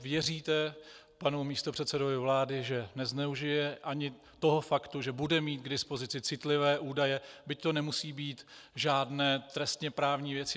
Věříte panu místopředsedovi vlády, že nezneužije ani toho faktu, že bude mít k dispozici citlivé údaje, byť to nemusí být žádné trestněprávní věci.